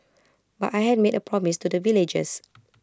but I had made A promise to the villagers